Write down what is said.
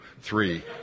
three